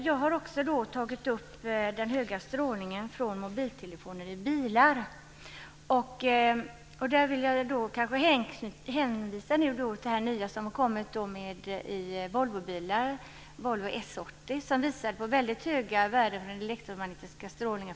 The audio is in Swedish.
Jag har också tagit upp den höga strålningen från mobiltelefoner i bilar. Jag vill hänvisa till den höga elektromagnetiska strålning från utrustningen som nyligen har konstaterats i Volvo S80-bilar.